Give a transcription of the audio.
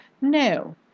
No